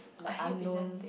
like unknown